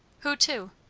who to?